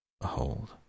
Behold